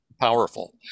powerful